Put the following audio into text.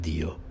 Dio